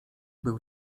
był